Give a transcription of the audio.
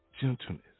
gentleness